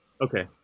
okay